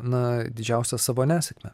na didžiausia savo nesėkme